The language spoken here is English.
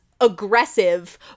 aggressive